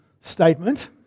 statement